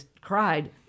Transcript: cried